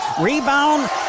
rebound